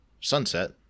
sunset